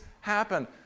happen